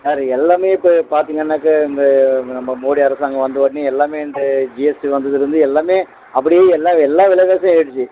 sir எல்லாமே இப்போ பார்த்திங்கனாக்க இந்த நம்ப மோடி அரசாங்கம் வந்தவுடனே எல்லாமே இந்த ஜிஎஸ்டி வந்ததிலருந்து எல்லாமே அப்படியே எல்லா எல்லா விலைவாசியும் ஏறிருச்சி